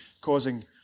causing